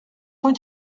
cent